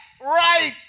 right